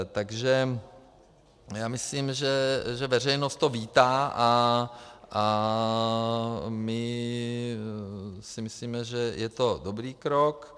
Takže já myslím, že veřejnost to vítá, a my si myslíme, že je to dobrý krok.